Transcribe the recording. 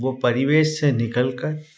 वह परिवेश से निकलकर